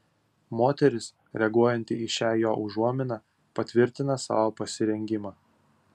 moteris reaguojanti į šią jo užuominą patvirtina savo pasirengimą